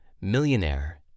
millionaire